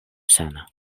sana